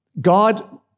God